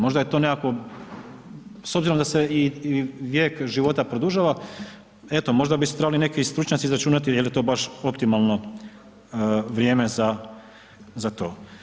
Možda je to nekakvo, s obzirom da se i vijek života produžava, eto možda bi se trebali neki stručnjaci izračunati jel je to baš optimalno vrijeme za to.